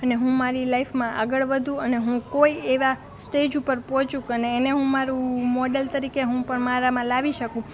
અને હું મારી લાઈફમાં આગળ વધુ અને હું કોઈ એવા સ્ટેજ ઉપર પહોંચું અને હું મારું મોડેલ તરીકે પણ હું મારુ મારામાં લાવી શકું